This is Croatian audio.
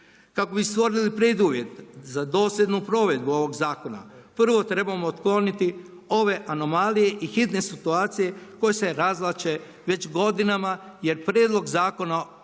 Kako bi stvorili preduvjet za dosljednu provedbu ovoga zakona prvo trebamo otkloniti ove anomalije i hitne situacije koje se razvlače već godinama jer prijedlog zakona u ovom